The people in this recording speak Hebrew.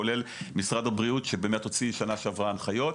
כולל משרד הבריאות שהוציא שנה שעברה הנחיות.